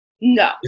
No